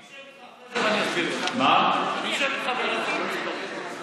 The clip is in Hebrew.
אני אשב איתך ואסביר לך.